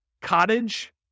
Cottage